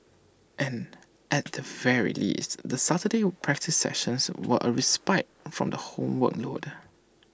and at the very least the Saturday practice sessions were A respite from the homework load